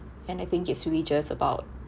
and I think just really just about